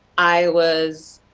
i was,